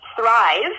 thrive